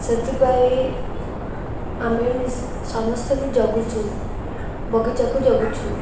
ସେଥିପାଇଁ ଆମେ ସମସ୍ତେ ବି ଜଗୁଛୁ ବଗିଚାକୁ ଜଗୁଛୁ